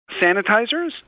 sanitizers